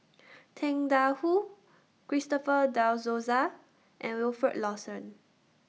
Tang DA Wu Christopher De Souza and Wilfed Lawson